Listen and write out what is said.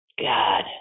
God